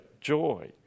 joy